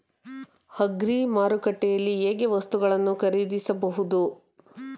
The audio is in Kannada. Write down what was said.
ಅಗ್ರಿ ಮಾರುಕಟ್ಟೆಯಲ್ಲಿ ಹೇಗೆ ವಸ್ತುಗಳನ್ನು ಖರೀದಿಸಬಹುದು?